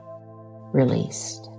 released